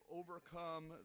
overcome